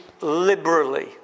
liberally